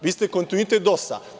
Vi ste kontinuitet DOS-a.